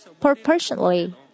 proportionally